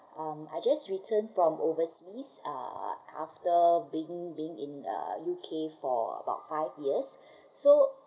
um I just returned from overseas uh after being~ being in uh U_K for about five years so